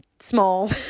small